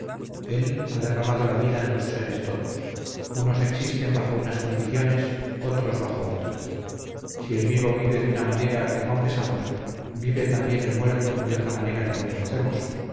él ha derramado la vida en los seres todos unos existen bajo unas condiciones otros bajo otras si el vivo vive de una manera que confesamos vive también el muerto de otra manera que no conocemos